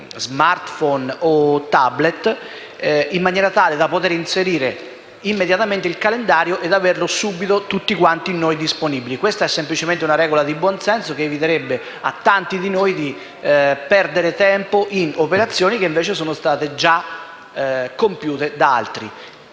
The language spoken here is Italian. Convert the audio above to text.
*smartphone* o *tablet*, in maniera tale da poter inserire immediatamente in calendario ed averlo subito disponibile per tutti. Questa è semplicemente una regola di buonsenso che eviterebbe a tanti di noi di perdere tempo in operazioni già compiute da altri.